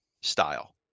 style